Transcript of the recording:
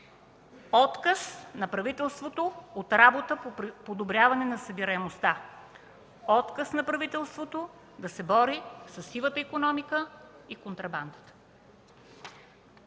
отказ на правителството от работа по подобряване на събираемостта, отказ на правителството да се бори със сивата икономика и контрабандата.